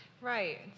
Right